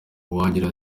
uwagira